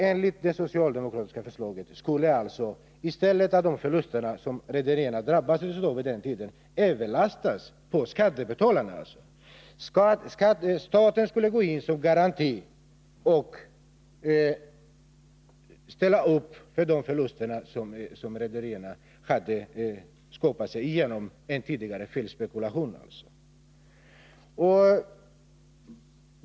Enligt det socialdemokratiska förslaget skulle alltså de förluster som redarna drabbades av vid den tiden överlastas på skattebetalarna. Staten skulle gå in som garant och täcka de förluster som rederierna hade skapat sig genom en tidigare felspekulation.